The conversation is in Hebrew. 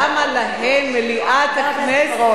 למה להם מליאת הכנסת?